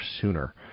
sooner